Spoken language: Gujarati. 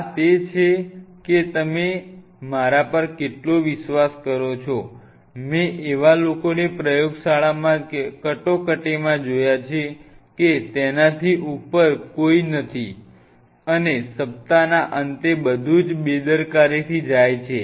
આ તે છે કે તમે કે તેનાથી ઉપર કોઈ નથી અને સપ્તાહના અંતે બધું જ બેદરકારીથી જાય છે